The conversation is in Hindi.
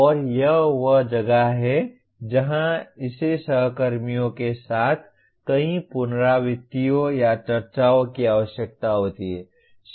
और यह वह जगह है जहां इसे सहकर्मियों के साथ कई पुनरावृत्तियों या चर्चाओं की आवश्यकता होती है